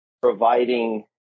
providing